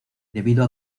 debido